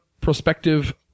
prospective